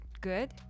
good